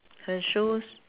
her shoes